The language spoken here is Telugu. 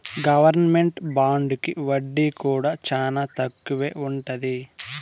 గవర్నమెంట్ బాండుకి వడ్డీ కూడా చానా తక్కువే ఉంటది